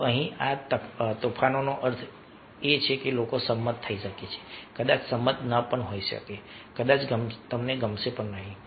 તો અહીં આ તોફાનનો અર્થ છે કે લોકો સંમત થઈ શકે છે કદાચ સંમત ન પણ હોય કદાચ ગમશે નહીં